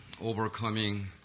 overcoming